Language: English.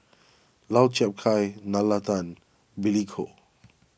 Lau Chiap Khai Nalla Tan Billy Koh